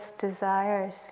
desires